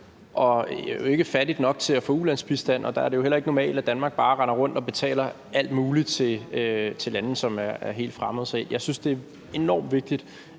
jo ikke fattigt nok til at få ulandsbistand. Der er det heller ikke normalt, at Danmark bare render rundt og betaler alt muligt til lande, som er helt fremmede. Så jeg synes, at det er enormt vigtigt,